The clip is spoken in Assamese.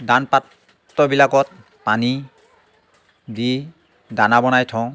দান পাত্ৰবিলাকত পানী দি দানা বনাই থওঁ